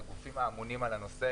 את הגופים האמונים על הנושא,